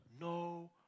no